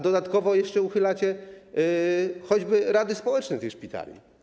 Dodatkowo jeszcze uchylacie choćby rady społeczne tych szpitali.